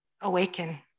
awaken